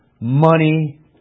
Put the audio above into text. money